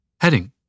Heading